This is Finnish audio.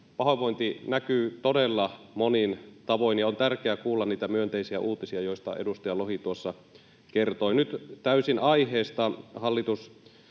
pahoinvointi näkyy todella monin tavoin, ja on tärkeää kuulla niitä myönteisiä uutisia, joista edustaja Lohi tuossa kertoi. Nyt täysin aiheesta hallitus